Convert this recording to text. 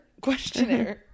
Questionnaire